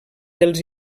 dels